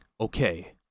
okay